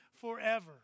forever